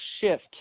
shift